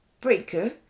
Breaker